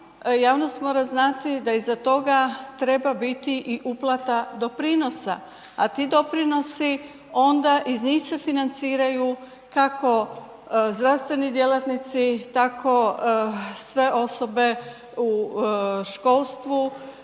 javnost mora znati da iza toga treba biti i uplata doprinosa, a ti doprinosi onda iz njih se financiraju kako zdravstveni djelatnici, tako sve osobe u školstvu,